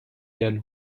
ihren